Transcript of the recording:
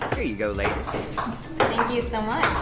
here you go ladies thank you so much!